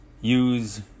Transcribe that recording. Use